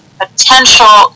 potential